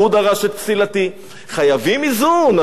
חייבים איזון הרי, חייבים איזון.